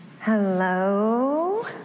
Hello